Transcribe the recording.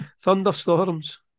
thunderstorms